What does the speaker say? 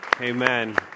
Amen